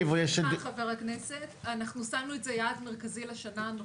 אנחנו שמנו את זה יעד מרכזי לשנה הנוכחית.